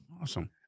awesome